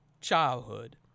childhood